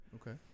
okay